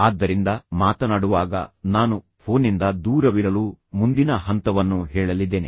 ಆದ್ದರಿಂದ ಮಾತನಾಡುವಾಗ ನಾನು ಫೋನ್ನಿಂದ ದೂರವಿರಲು ಮುಂದಿನ ಹಂತವನ್ನು ಹೇಳಲಿದ್ದೇನೆ